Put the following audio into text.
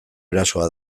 erasoa